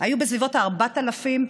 היה בסביבות 4,000,